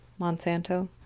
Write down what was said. Monsanto